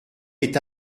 est